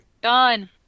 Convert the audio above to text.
Done